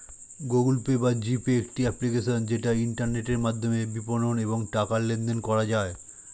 Google pay বা G pay একটি application যেটা ইন্টারনেটের মাধ্যমে বিপণন এবং টাকা লেনদেন করা যায়